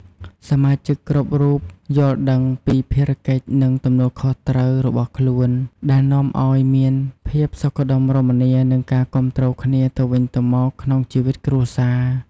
សមាជិកគ្រប់រូបយល់ដឹងពីភារកិច្ច និងទំនួលខុសត្រូវរបស់ខ្លួន ដែលនាំឲ្យមានភាពសុខដុមរមនា និងការគាំទ្រគ្នាទៅវិញទៅមកក្នុងជីវិតគ្រួសារ។